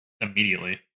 immediately